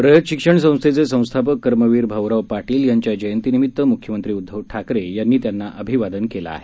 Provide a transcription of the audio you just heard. रयत शिक्षण संस्थेचे संस्थापक कर्मवीर भाऊराव पाटील यांच्या जयंतीनिमित्त मुख्यमंत्री उद्धव ठाकरे यांनी त्यांना अभिवादन केलं आहे